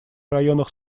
районах